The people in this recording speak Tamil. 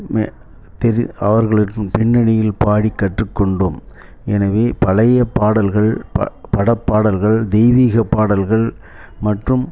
தெரி அவர்களுக்கும் பின்னணியில் பாடி கற்றுக் கொண்டோம் எனவே பழைய பாடல்கள் ப படப் பாடல்கள் தெய்வீகப் பாடல்கள் மற்றும்